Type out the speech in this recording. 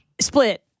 Split